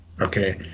okay